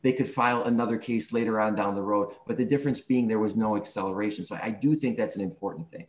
they could file another case later on down the road but the difference being there was no excel races i do think that's an important